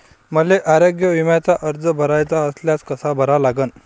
मले आरोग्य बिम्याचा अर्ज भराचा असल्यास कसा भरा लागन?